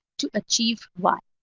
to achieve y.